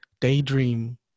daydream